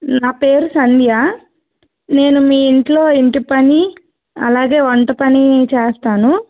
నా పేరు సంధ్య నేను మీ ఇంట్లో ఇంటి పని అలాగే వంట పని చేస్తాను